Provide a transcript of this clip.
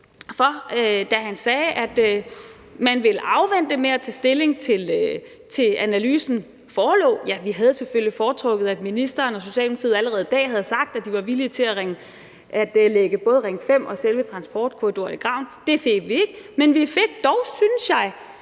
ud, da han sagde, at man ville vente med at tage stilling, til analysen forelå. Ja, vi havde selvfølgelig foretrukket, at ministeren og Socialdemokratiet allerede i dag havde sagt, at de var villige til at lægge både Ring 5 og selve transportkorridoren i graven. Det fik vi ikke at høre, men vi fik dog, synes jeg,